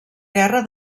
guerra